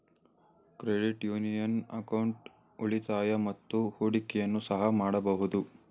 credit union account ಉಳಿತಾಯ ಮತ್ತು ಹೂಡಿಕೆಯನ್ನು ಸಹ ಮಾಡಬಹುದು